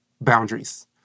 boundaries